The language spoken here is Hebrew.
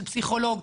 של פסיכולוג,